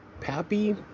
Pappy